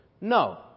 no